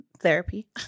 therapy